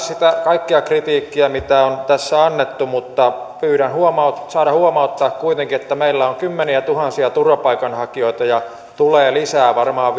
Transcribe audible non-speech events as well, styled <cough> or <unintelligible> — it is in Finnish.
kaikkea sitä kritiikkiä mitä on tässä annettu mutta pyydän saada huomauttaa kuitenkin että meillä on kymmeniätuhansia turvapaikanhakijoita ja tulee varmaan <unintelligible>